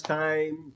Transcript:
time